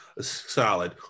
Solid